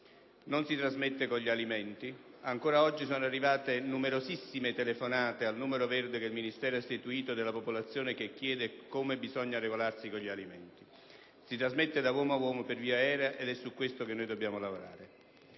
non si trasmette con gli alimenti (ancora oggi sono arrivate numerosissime telefonate al numero verde che il Ministero ha istituito da parte della popolazione che chiede come bisogna regolarsi con gli alimenti); si trasmette da uomo a uomo per via aerea, ed è su questo che dobbiamo lavorare.